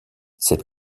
cette